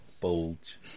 Bulge